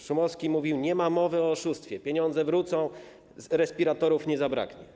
Szumowski mówił: Nie ma mowy o oszustwie, pieniądze wrócą, respiratorów nie zabraknie.